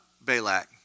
Balak